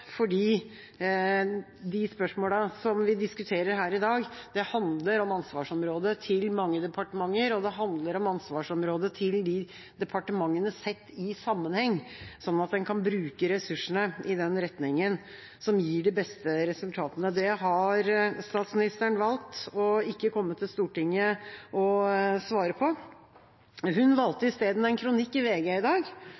fordi de spørsmålene vi diskuterer her i dag, handler om ansvarsområdet til mange departementer, og det handler om ansvarsområdet til de departementene sett i sammenheng, sånn at en kan bruke ressursene i den retningen som gir de beste resultatene. Det har statsministeren valgt å ikke komme til Stortinget og svare på. Hun